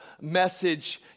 message